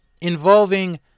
involving